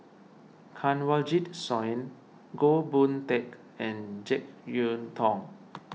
Kanwaljit Soin Goh Boon Teck and Jek Yeun Thong